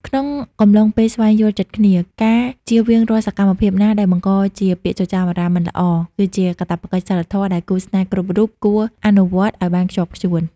ក្នុងកំឡុងពេលស្វែងយល់ចិត្តគ្នា ការជៀសវាងរាល់សកម្មភាពណាដែលបង្កជាពាក្យចចាមអារ៉ាមមិនល្អ គឺជាកាតព្វកិច្ចសីលធម៌ដែលគូស្នេហ៍គ្រប់រូបគួរអនុវត្តឱ្យបានខ្ជាប់ខ្ជួន។